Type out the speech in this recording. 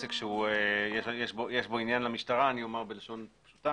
עסק שיש בו עניין למשטרה אני אומר בלשון פשוטה